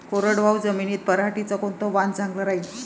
कोरडवाहू जमीनीत पऱ्हाटीचं कोनतं वान चांगलं रायीन?